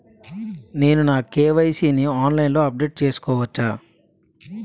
నేను నా కే.వై.సీ ని ఆన్లైన్ లో అప్డేట్ చేసుకోవచ్చా?